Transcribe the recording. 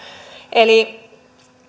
eli